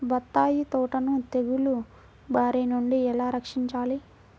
బత్తాయి తోటను తెగులు బారి నుండి ఎలా రక్షించాలి?